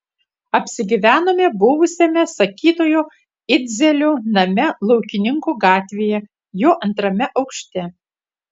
apsigyvenome buvusiame sakytojo idzelio name laukininkų gatvėje jo antrame aukšte